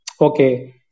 Okay